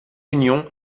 union